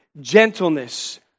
gentleness